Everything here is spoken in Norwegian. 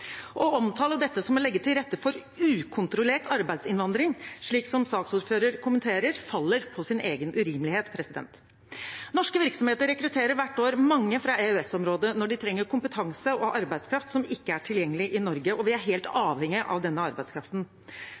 Å omtale dette som å legge til rette for ukontrollert arbeidsinnvandring, slik som saksordføreren kommenterer det, faller på sin egen urimelighet. Norske virksomheter rekrutterer hvert år mange fra EØS-området når de trenger kompetanse og arbeidskraft som ikke er tilgjengelig i Norge, og vi er helt avhengig av denne arbeidskraften.